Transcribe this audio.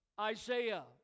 Isaiah